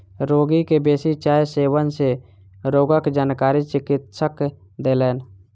रोगी के बेसी चाय सेवन सँ रोगक जानकारी चिकित्सक देलैन